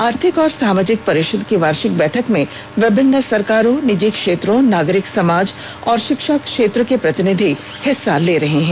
आर्थिक और सामाजिक परिषद की वार्षिक बैठक में विभिन्न सरकारों निजी क्षेत्रों नागरिक समाज और शिक्षा क्षेत्र के प्रतिनिधि हिस्सा ले रहे हैं